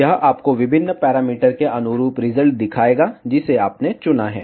यह आपको विभिन्न पैरामीटर के अनुरूप रिजल्ट दिखाएगा जिसे आपने चुना है